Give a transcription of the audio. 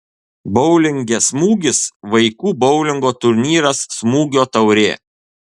boulinge smūgis vaikų boulingo turnyras smūgio taurė